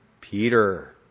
Peter